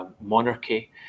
monarchy